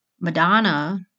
Madonna